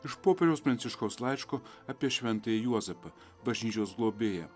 iš popiežiaus pranciškaus laiško apie šventąjį juozapą bažnyčios globėją